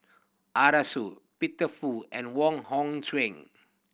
Arasu Peter Fu and Wong Hong Suen